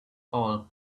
all